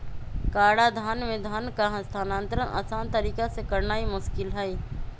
कराधान में धन का हस्तांतरण असान तरीका से करनाइ मोस्किल हइ